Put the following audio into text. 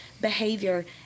behavior